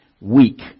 weak